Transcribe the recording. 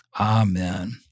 Amen